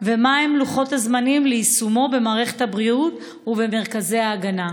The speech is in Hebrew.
ומהם לוחות הזמנים ליישומו במערכת הבריאות ובמרכזי ההגנה?